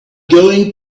going